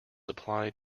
applied